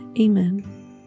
Amen